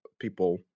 people